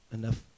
enough